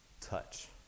touch